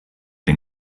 den